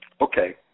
Okay